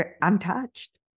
untouched